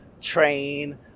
train